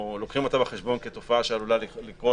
או שלוקחים אותה בחשבון כתופעה שעלולה לקרות